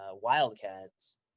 Wildcats